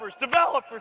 developers